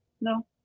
No